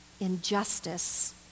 Injustice